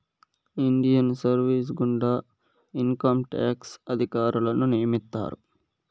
Indian service గుండా income tax అధికారులను నియమిత్తారు